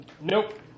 nope